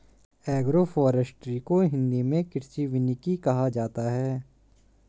agroforestry को हिंदी मे कृषि वानिकी कहा जाता है